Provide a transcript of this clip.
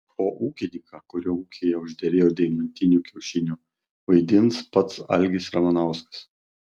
o ūkininką kurio ūkyje užderėjo deimantinių kiaušinių vaidins pats algis ramanauskas